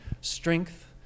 strength